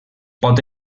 pot